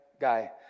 guy